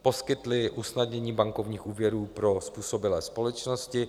Poskytli usnadnění bankovních úvěrů pro způsobilé společnosti.